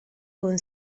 con